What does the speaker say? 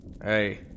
Hey